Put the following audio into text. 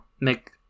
make